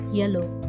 yellow